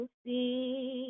see